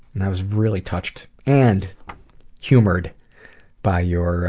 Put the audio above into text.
and i was really touched and humoured by your